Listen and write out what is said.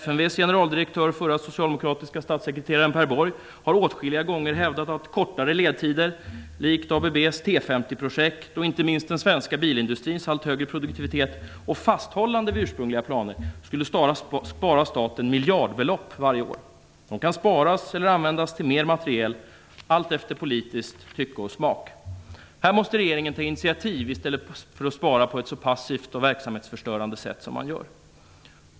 FMV:s generaldirektör, förre socialdemokratiske statssekreteraren Per Borg, har åtskilliga gånger hävdat att kortare ledtider - likt ABB:s T50-projekt och inte minst den svenska bilindustrins allt högre produktivitet - och fasthållande vid ursprungliga planer skulle spara staten miljardbelopp varje år. Dessa kan sparas eller användas till mer materiel alltefter politiskt tycke och smak. Här måste regeringen ta initiativ i stället för att spara på ett så passivt och verksamhetsförstörande sätt som man gör.